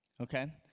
Okay